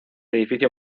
edificio